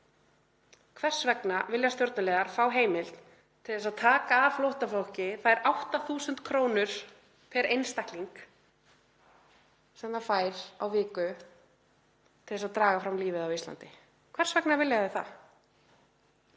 Hvers vegna vilja stjórnarliðar fá heimild til þess að taka af flóttafólki þær 8.000 kr. á einstakling sem það fær á viku til að draga fram lífið á Íslandi? Hvers vegna vilja þau það?